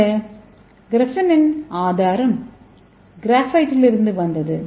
இந்த கிராபெனின் ஆதாரம் கிராஃபைட்டிலிருந்து வந்தது